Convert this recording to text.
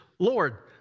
Lord